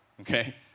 Okay